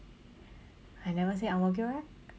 I never say ang-mo-kio eh